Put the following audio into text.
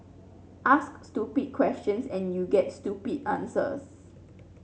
ask stupid questions and you get stupid answers